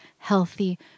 Healthy